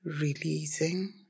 releasing